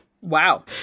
wow